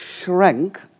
shrank